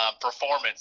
performance